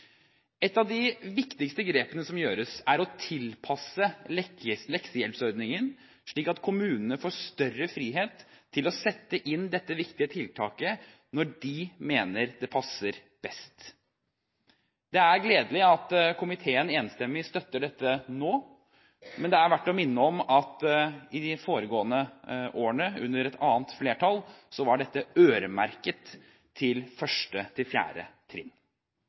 Et av de viktigste grepene som gjøres, er å tilpasse leksehjelpsordningen slik at kommunene får større frihet til å sette inn dette viktige tiltaket når de mener det passer best. Det er gledelig at komiteen enstemmig støtter dette nå, men det er verdt å minne om at i de foregående årene, under et annet flertall, var dette øremerket for 1.–4. trinn.